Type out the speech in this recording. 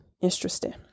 interesting